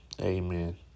Amen